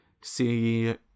see